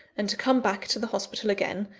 and to come back to the hospital again,